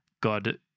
God